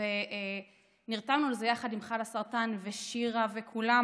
ונרתמנו לזה, יחד עם חלאסרטן ושירה וכולם.